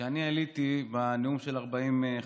כשאני אני עליתי בנאום של 40 החתימות,